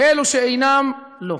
ואלו שאינם, לא.